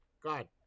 God